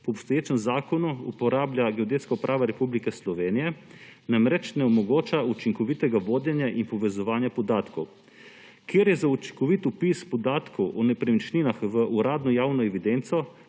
po obstoječem zakonu uporablja Geodetska uprava Republike Slovenije, namreč ne omogočajo učinkovitega vodenja in povezovanja podatkov. Ker je za učinkovit vpis podatkov o nepremičninah v uradno javno evidenco